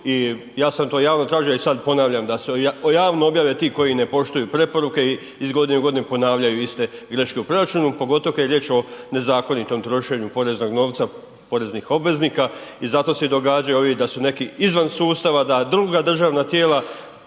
i ja sam to javno tražio i sad ponavljam, da se javno objave ti koji ne poštuju preporuke i iz godine u godinu ponavljaju iste greške u proračunu, pogotovo kad je riječ o nezakonitom trošenju poreznog novca poreznih obveznika i zato se događaju ovi da su neki izvan sustava, da druga državna tijela,